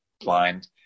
blind